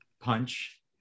punch